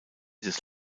des